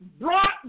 brought